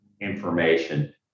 information